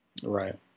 right